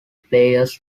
players